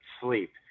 sleep